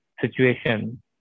situation